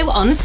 on